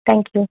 thank you